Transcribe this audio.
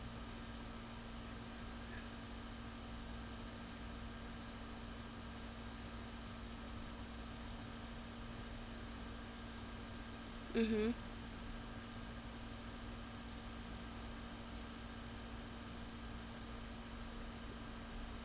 mmhmm